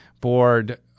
board